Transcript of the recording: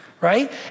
Right